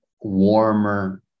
warmer